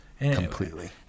completely